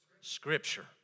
Scripture